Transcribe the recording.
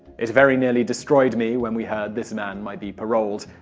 it very nearly destroyed me, when we heard this man might be paroled,